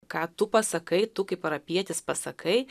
ką tu pasakai tu kaip parapijietis pasakai